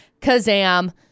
Kazam